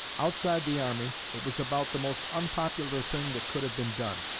outside the army, it was about the most unpopular thing that could have been done.